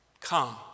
come